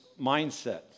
mindset